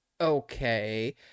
okay